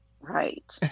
right